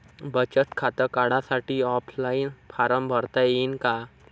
बचत खातं काढासाठी ऑफलाईन फारम भरता येईन का?